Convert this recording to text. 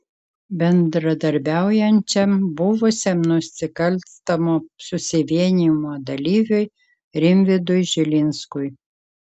bendradarbiaujančiam buvusiam nusikalstamo susivienijimo dalyviui rimvydui žilinskui